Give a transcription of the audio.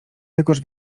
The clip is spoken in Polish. tegoż